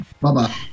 bye-bye